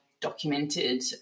documented